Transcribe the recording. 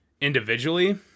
individually